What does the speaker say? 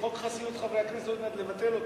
חוק חסינות חברי הכנסת, עוד מעט נבטל אותו.